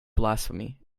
blasphemy